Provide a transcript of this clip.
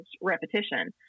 repetition